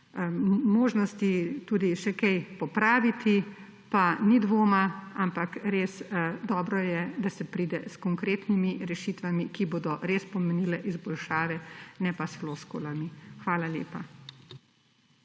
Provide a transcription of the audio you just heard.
možnosti tudi še kaj popraviti, pa ni dvoma, ampak res dobro je, da se pride s konkretnimi rešitvami, ki bodo res pomenile izboljšave, ne pa s floskulami. Hvala lepa.